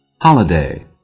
holiday